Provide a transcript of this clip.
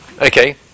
Okay